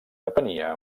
depenia